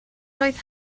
blwydd